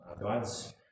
God's